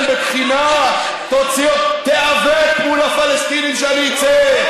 בתחינה: תיאבק מול הפלסטינים שאני אצא.